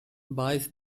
buys